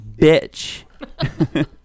bitch